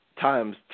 times